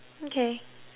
okay